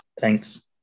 Thanks